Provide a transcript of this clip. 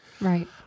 Right